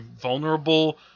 vulnerable